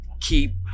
Keep